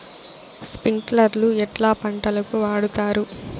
స్ప్రింక్లర్లు ఎట్లా పంటలకు వాడుతారు?